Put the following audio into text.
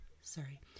Sorry